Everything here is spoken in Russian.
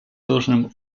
должным